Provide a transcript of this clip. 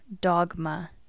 dogma